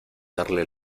darle